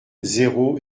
zéro